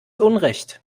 unrecht